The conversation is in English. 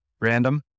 random